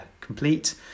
complete